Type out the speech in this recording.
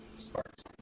Sparks